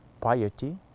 piety